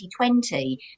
2020